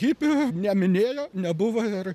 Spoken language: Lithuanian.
hipių neminėjo nebuvo ir